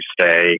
stay